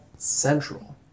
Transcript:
Central